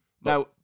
Now